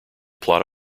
plot